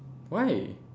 why